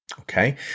Okay